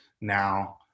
now